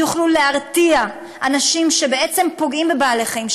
שיוכלו להרתיע אנשים שפוגעים בבעלי-חיים,